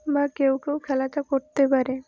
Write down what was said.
বা কেউ কেউ খেলাটা করতে পারে